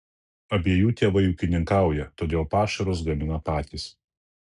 abiejų tėvai ūkininkauja todėl pašarus gamina patys